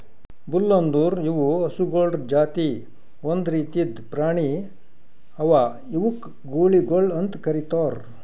bull ಅಂದುರ್ ಇವು ಹಸುಗೊಳ್ ಜಾತಿ ಒಂದ್ ರೀತಿದ್ ಪ್ರಾಣಿ ಅವಾ ಇವುಕ್ ಗೂಳಿಗೊಳ್ ಅಂತ್ ಕರಿತಾರ್